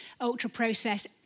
ultra-processed